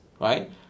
right